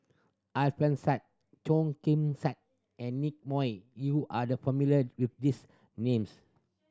Alfian Sa'at Khim Sa'at and Nick Moey you are the familiar with these names